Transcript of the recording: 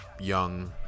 young